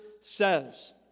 says